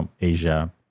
Asia